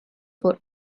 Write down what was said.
for